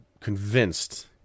convinced